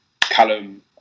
Callum